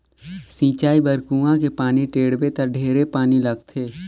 सिंचई बर कुआँ के पानी टेंड़बे त ढेरे पानी लगथे